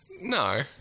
No